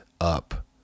up